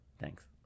Thanks